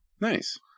Nice